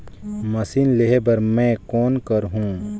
Machine लेहे बर मै कौन करहूं?